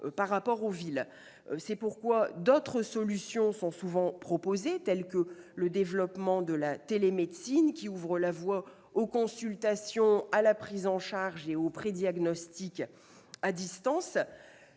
par rapport aux villes. C'est pourquoi d'autres solutions sont souvent proposées, telles que le développement de la télémédecine qui ouvre la voie aux consultations, à la prise en charge et au prédiagnostic à distance.